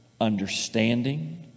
understanding